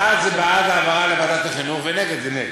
אז בעד זה בעד העברה לוועדת החינוך, ונגד זה נגד.